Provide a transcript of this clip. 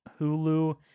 Hulu